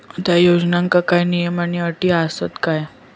त्या योजनांका काय नियम आणि अटी आसत काय?